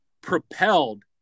propelled